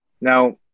Now